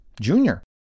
junior